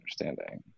understanding